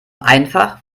einfach